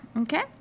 okay